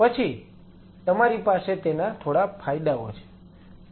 પછી તમારી પાસે તેના થોડા ફાયદાઓ છે